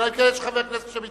אלא אם כן יש חבר כנסת שמתנגד.